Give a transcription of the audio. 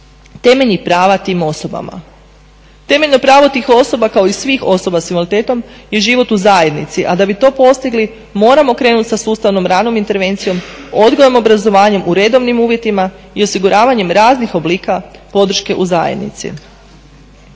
Temeljno pravo tih osoba kao i svih osoba s invaliditetom je život u zajednici, a da bi to postigli moramo krenuti sa sustavnom ranom intervencijom, odgojem i obrazovanjem u redovnim uvjetima i osiguravanjem raznih oblika podrške u zajednici.